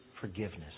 forgiveness